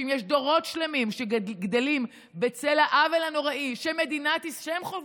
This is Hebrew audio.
אם יש דורות שלמים שגדלים בצל העוול הנוראי שהם חווים,